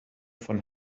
von